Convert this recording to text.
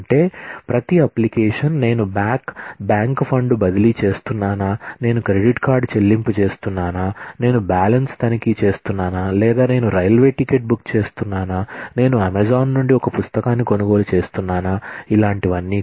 అంటే ప్రతి అప్లికేషన్ నేను బ్యాంక్ ఫండ్ బదిలీ చేస్తున్నానా నేను క్రెడిట్ కార్డ్ చెల్లింపు చేస్తున్నానా నేను బ్యాలెన్స్ తనిఖీ చేస్తున్నానా లేదా నేను రైల్వే టికెట్ బుక్ చేస్తున్నానా నేను అమెజాన్ నుండి ఒక పుస్తకాన్ని కొనుగోలు చేస్తున్నానా ఇలాంటివన్నీ